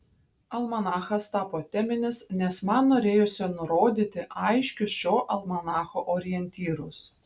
almanachas tapo teminis nes man norėjosi nurodyti aiškius šio almanacho orientyrus